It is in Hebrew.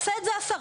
שתעשה את זה השרה,